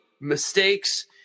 mistakes